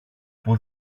που